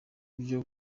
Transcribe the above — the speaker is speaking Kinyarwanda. vyo